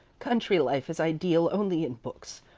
country life is ideal only in books.